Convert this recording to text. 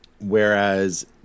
Whereas